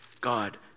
God